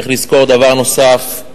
צריך לזכור דבר נוסף: